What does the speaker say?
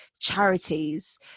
charities